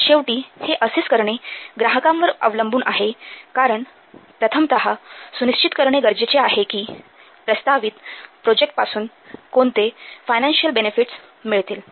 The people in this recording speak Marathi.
तर शेवटी हे असेस करणे ग्राहकांवर अवलंबून आहे कारण प्रथमतः सुनिश्चित करणे गरजेचे आहे कि प्रस्तावित प्रोजेक्ट पासून कोणते फायनान्शियल बेनेफिट्स मिळतील